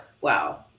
wow